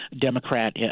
Democrat